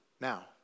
Now